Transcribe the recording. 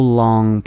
long